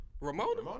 Ramona